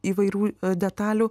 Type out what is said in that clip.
įvairių detalių